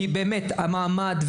כי באמת המעמד,